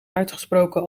uitgesproken